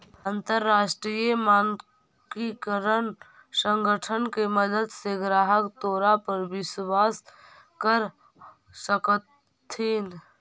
अंतरराष्ट्रीय मानकीकरण संगठन के मदद से ग्राहक तोरा पर विश्वास कर सकतथीन